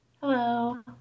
Hello